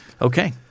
okay